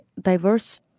diverse